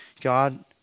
God